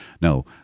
No